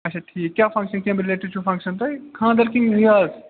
آچھا ٹھیٖک کیٛاہ فَنٛکشَن کَمہِ رِلیٹِڈ چھو فَنٛکشَن تۄہہِ خانٛدَر کِنہٕ یہِ